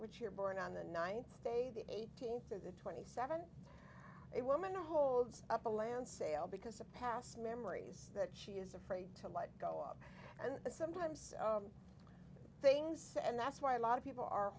which you're born on the ninth day the eighteenth or the twenty seventh a woman holds up a land sale because a past memories that she is afraid to let go of and sometimes things and that's why a lot of people are